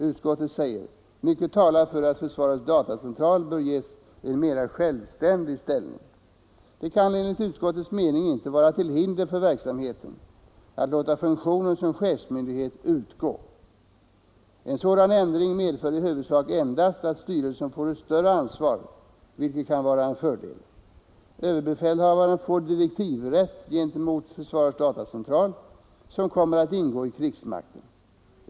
Utskottet säger: ”Mycket talar alltså för att FDC bör ges en mera självständig ställning.” Det kan enligt utskottets mening inte vara till hinder för verksamheten att låta funktionen som chefsmyndighet utgå. En sådan ändring medför i huvudsak endast att styrelsen får ett större ansvar, vilket kan vara en fördel. Överbefälhavaren får direktivrätt gentemot försvarets datacentral, som kommer att ingå i krigsmakten.